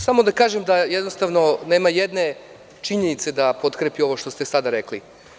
Samo da kažem da nema ni jedne činjenice da potkrepi ovo što ste sada rekli.